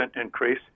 increase